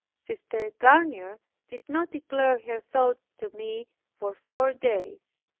sister garnier did not declare her thoughts to me for four days.